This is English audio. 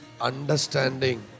understanding